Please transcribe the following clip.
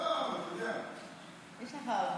יש לך עוד